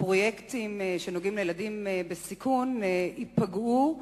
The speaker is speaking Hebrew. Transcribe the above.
הפרויקטים שנוגעים לילדים בסיכון ייפגעו,